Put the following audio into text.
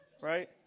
right